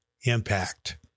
impact